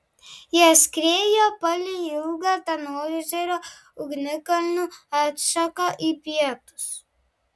jie skriejo palei ilgą tanhoizerio ugnikalnių atšaką į pietus